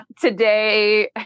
today